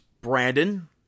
Brandon